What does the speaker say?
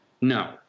No